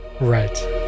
right